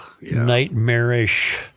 nightmarish